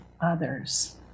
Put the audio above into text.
others